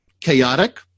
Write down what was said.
chaotic